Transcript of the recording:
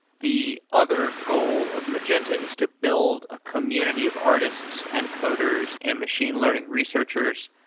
the other goal of magenta is to build a community of artists and coders and machine learning researchers.